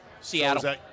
Seattle